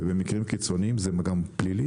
ובמקרים קיצוניים זה גם פלילי,